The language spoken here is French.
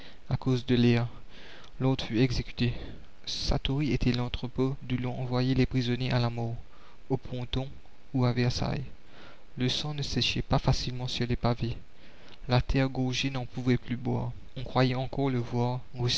à cause de l'air l'ordre fut exécuté satory était l'entrepôt d'où l'on envoyait les prisonniers à la mort aux pontons ou à versailles le sang ne séchait pas facilement sur les pavés la terre gorgée n'en pouvait plus boire on croyait encore le voir